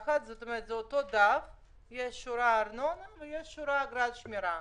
באותו דף יש שורה של ארנונה ויש שורה של אגרת השמירה.